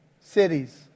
cities